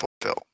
fulfill